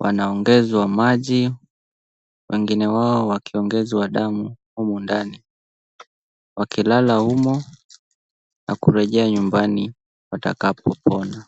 wanaongezwa maji wengine wao wakiongezwa damu humu ndani. Wakilala humo na kurejea nyumbani watakapopona.